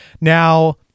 now